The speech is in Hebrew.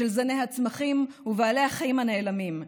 של זני הצמחים ובעלי החיים הנעלמים.